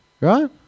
right